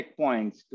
checkpoints